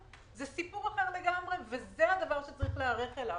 זה סיפור אחר לגמרי וזה הדבר שצריך להיערך אליו.